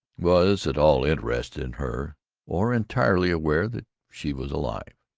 was at all interested in her or entirely aware that she was alive.